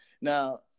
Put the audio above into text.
Now